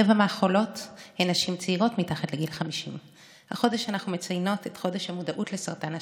רבע מהחולות הן נשים צעירות מתחת לגיל 50. החודש אנחנו מציינות את חודש המודעות לסרטן השד.